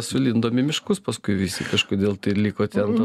sulindom į miškus paskui visi kažkodėl liko ten